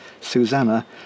Susanna